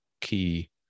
key